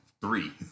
three